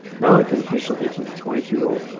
not only for the traditional eighteen to twenty year olds,